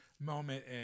moment